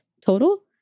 total